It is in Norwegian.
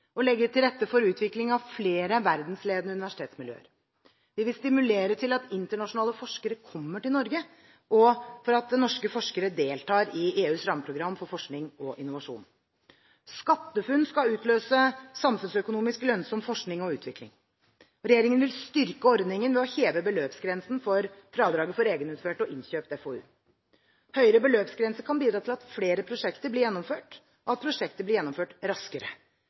legge til rette for utvikling av flere verdensledende universitetsmiljøer. Vi vil stimulere til at internasjonale forskere kommer til Norge, og til at norske forskere deltar i EUs rammeprogram for forskning og innovasjon. SkatteFUNN skal utløse samfunnsøkonomisk lønnsom forskning og utvikling. Regjeringen vil styrke ordningen ved å heve beløpsgrensen for fradraget for egenutført og innkjøpt FoU. Høyere beløpsgrenser kan bidra til at flere prosjekter blir gjennomført, og at prosjekter blir gjennomført raskere.